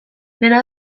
dena